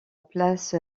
place